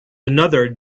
another